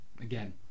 Again